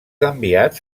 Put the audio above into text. enviats